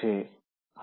ചെയ്യാം